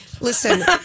Listen